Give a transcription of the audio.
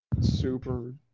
Super